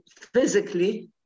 physically